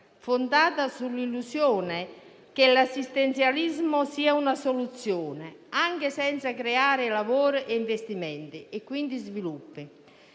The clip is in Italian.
fondata sull'illusione che l'assistenzialismo sia una soluzione, anziché creare lavoro, investimenti e, quindi, sviluppo.